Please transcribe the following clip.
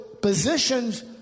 positions